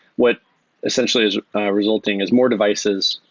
what essentially as a resulting is more devices,